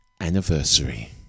anniversary